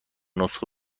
نسخه